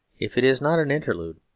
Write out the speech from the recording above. if it is not an interlude,